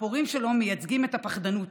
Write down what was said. הפורעים שלו מייצגים את הפחדנות.